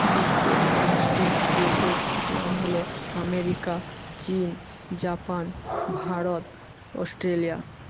বিশ্বের পাঁচটি দেশের নাম হল আমেরিকা চীন জাপান ভারত অস্ট্রেলিয়া